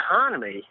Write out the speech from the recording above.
economy